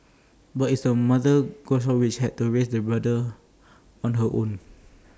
but IT was the mother goshawk which had to raise the brood on her own